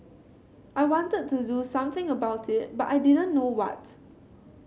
I wanted to do something about it but I didn't know what